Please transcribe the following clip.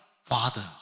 father